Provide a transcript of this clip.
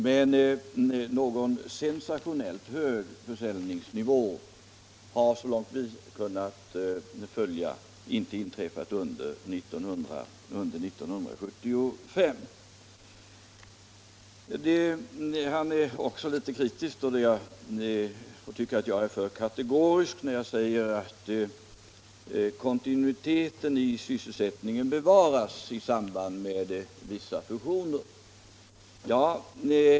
Men någon sensationellt hög försäljningsnivå har såvitt vi kunnat se inte inträffat under 1975. Herr Rask tycker också att jag är för kategorisk när jag säger att kontinuiteten i sysselsättningen bevaras i samband med vissa fusioner.